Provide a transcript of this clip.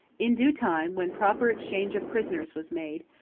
in due time, when proper exchange of prisoners was made,